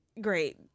Great